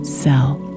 self